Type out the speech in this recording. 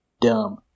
dumb